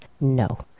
no